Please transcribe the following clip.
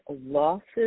losses